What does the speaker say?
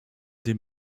dem